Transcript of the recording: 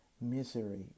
misery